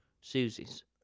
Susie's